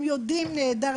הם יודעים נהדר,